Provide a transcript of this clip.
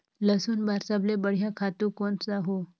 लसुन बार सबले बढ़िया खातु कोन सा हो?